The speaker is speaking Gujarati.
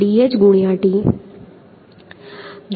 તો dh ✕ t